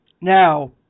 Now